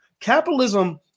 Capitalism